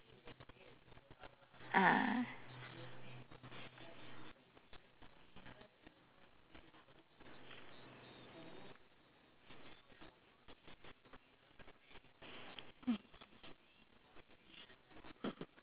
ah